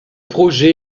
projet